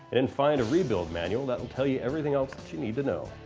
then find a rebuild manual that will tell you everything else that you need to know.